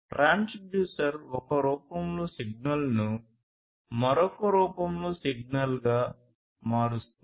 transducer ఒక రూపంలో సిగ్నల్ను మరొక రూపంలో సిగ్నల్గా మారుస్తుంది